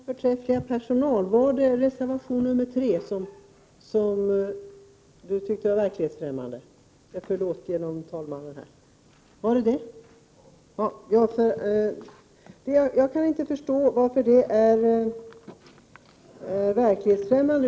Herr talman! Jag talade med vår förträffliga personal. Var det reservation 3 som Sten Andersson i Malmö tyckte var verklighetsfrämmande? Jag kan inte förstå varför den reservationen skulle vara verklighetsfrämmande.